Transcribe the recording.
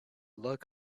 luck